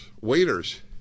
waiters